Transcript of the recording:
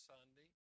Sunday